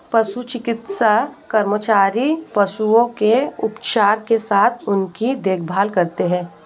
पशु चिकित्सा कर्मचारी पशुओं के उपचार के साथ उनकी देखभाल करते हैं